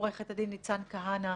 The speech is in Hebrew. עורכת הדין ניצן כהנא,